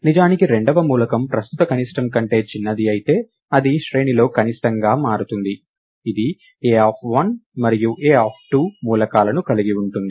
నిజానికి రెండవ మూలకం ప్రస్తుత కనిష్టం కంటే చిన్నది అయితే అది శ్రేణిలో కనిష్టంగా మారుతుంది ఇది a ఆఫ్ 1 A1 మరియు a ఆఫ్ 2 A2 మూలకాలను కలిగి ఉంటుంది